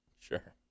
Sure